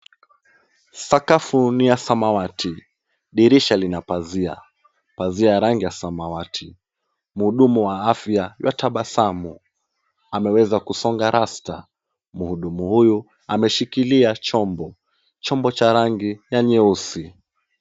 Sakafu ni ya samawati. Dirisha lina pazia, pazia ya rangi ya samawati. Mhudumu wa afya na tabasamu ameweza kusonga rasta. Mhudumu huyu ameshikilia chombo, chombo cha rangi ya nyeusi.